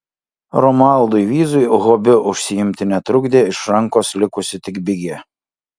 romualdui vyzui hobiu užsiimti netrukdė iš rankos likusi tik bigė